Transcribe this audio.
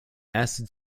acid